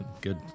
Good